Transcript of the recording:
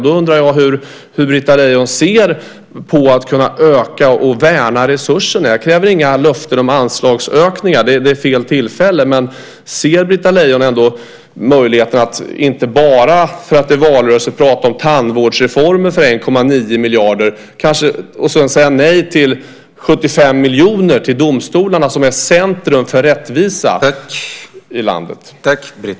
Jag undrar hur Britta Lejon ser på att kunna öka och värna resurserna. Jag kräver inga löften om anslagsökningar; det är fel tillfälle. Ser Britta Lejon möjligheter att inte bara prata om tandvårdsreformer för 1,9 miljarder för att det är valrörelse och sedan kanske säga nej till 75 miljoner till domstolarna, som är centrum för rättvisa i landet?